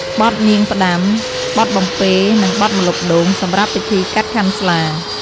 បទនាងផ្ដាំ បទបំពេរនិងបទម្លប់ដូង សម្រាប់ពិធីកាត់ខាន់ស្លា ។